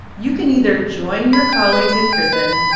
you can either join your colleagues in prison,